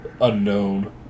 unknown